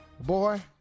Boy